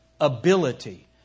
ability